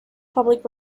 public